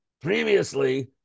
previously